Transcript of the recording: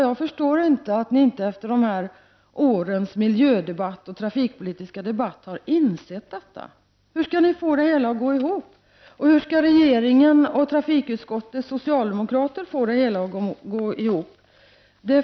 Jag förstår inte att ni efter de senaste årens miljöoch trafikpolitiska debatt inte har insett detta. Hur skall ni få det hela att gå ihop? Och jag förstår inte hur regeringen och trafikutskottets socialdemokrater skall få det hela att.gå ihop.